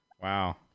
Wow